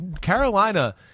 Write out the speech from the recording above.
Carolina